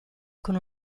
con